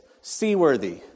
seaworthy